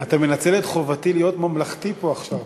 אתה מנצל את חובתי להיות ממלכתי פה עכשיו.